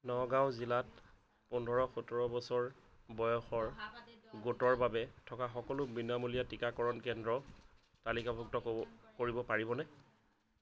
নগাঁও জিলাত পোন্ধৰ সোতৰ বছৰ বয়সৰ গোটৰ বাবে থকা সকলো বিনামূলীয়া টিকাকৰণ কেন্দ্ৰ তালিকাভুক্ত ক'ব কৰিব পাৰিবনে